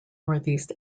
northeast